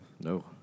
No